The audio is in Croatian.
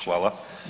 Hvala.